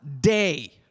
day